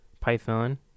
python